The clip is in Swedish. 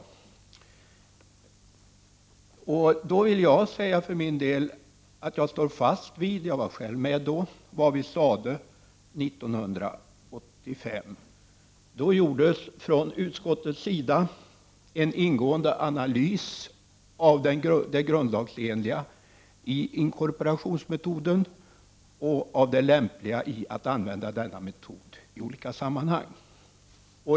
För min del vill jag säga att jag står fast vid — jag var själv med — vad vi sade år 1985. Då gjordes från utskottets sida en ingående analys av det grundlagsenliga i inkorporationsmetoden och av det lämpliga i att använda denna metod i olika sammanhang.